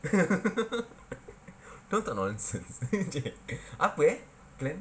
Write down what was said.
don't talk nonsense !chey! apa eh plan